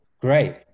Great